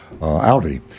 Audi